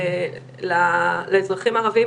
כסף לאזרחים הערבים.